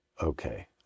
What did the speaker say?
Okay